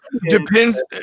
Depends